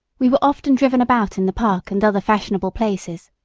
we were often driven about in the park and other fashionable places.